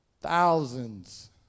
Thousands